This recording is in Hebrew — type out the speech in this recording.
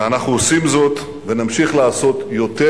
ואנחנו עושים זאת ונמשיך לעשות יותר,